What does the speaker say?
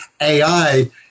AI